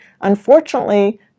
Unfortunately